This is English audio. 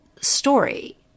story